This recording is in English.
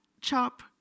chop